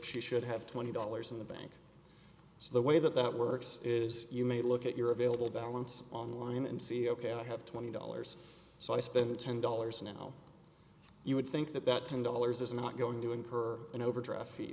she should have twenty dollars in the bank so the way that that works is you may look at your available balance online and see ok i have twenty dollars so i spend ten dollars now you would think that that ten dollars is not going to incur an overdraft fee